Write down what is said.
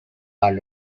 are